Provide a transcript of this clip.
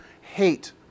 hate